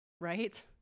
Right